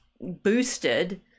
boosted